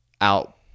out